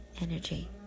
energy